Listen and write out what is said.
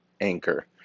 anchor